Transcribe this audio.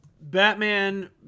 Batman